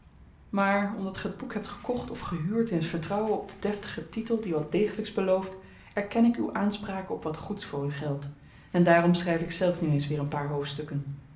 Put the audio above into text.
maar omdat ge het boek hebt gekocht of gehuurd in t vertrouwen op den deftigen titel die wat degelyks belooft erken ik uw aanspraken op wat goeds voor uw geld en daarom schryf ikzelf nu eens weer een paar hoofdstukken